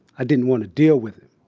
i didn't want to deal with him.